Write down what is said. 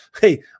Hey